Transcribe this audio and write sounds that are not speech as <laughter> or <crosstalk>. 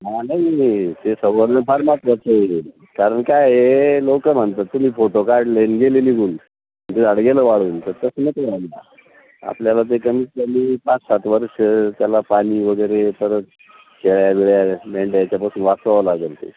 हां नाही नाही नाही ते संवर्धन फार महत्त्वाचं आहे कारण काय हे लोकं म्हणतात तुम्ही फोटो काढले गेले निघून झाड गेलं वाढून तर तसं <unintelligible> आपल्याला ते कमीत कमी पाच सात वर्ष त्याला पाणी वगैरे परत शेळ्या बिळ्या मेंढ्या याच्यापासून वाचवावं लागंल ते